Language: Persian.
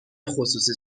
خصوصی